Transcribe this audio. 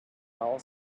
well